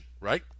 right